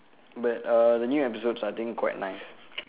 but uh the new episodes I think quite nice